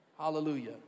Hallelujah